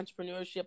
entrepreneurship